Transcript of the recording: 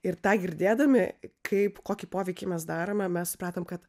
ir tą girdėdami kaip kokį poveikį mes darome mes supratom kad